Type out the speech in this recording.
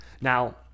Now